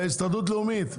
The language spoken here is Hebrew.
והסתדרות לאומית,